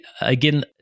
again